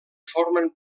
formen